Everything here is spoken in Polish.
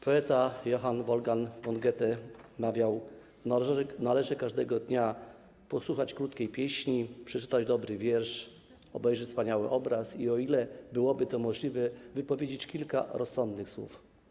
Poeta Johann Wolfgang von Goethe mawiał: Należy każdego dnia posłuchać krótkiej pieśni, przeczytać dobry wiersz, obejrzeć wspaniały obraz i - o ile byłoby to możliwe - wypowiedzieć kilka rozsądnych słów.